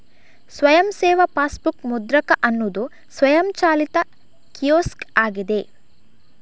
ಸ್ವಯಂ ಸೇವಾ ಪಾಸ್ಬುಕ್ ಮುದ್ರಕ ಅನ್ನುದು ಸ್ವಯಂಚಾಲಿತ ಕಿಯೋಸ್ಕ್ ಆಗಿದೆ